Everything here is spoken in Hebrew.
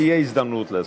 תהיה הזדמנות לעשות את זה,